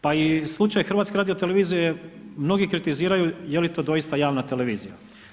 Pa i slučaj HRT-a je mnogi kritiziraju je li to doista javna televizija.